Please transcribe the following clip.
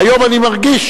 והיום אני מרגיש,